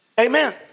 Amen